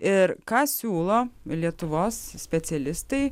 ir ką siūlo lietuvos specialistai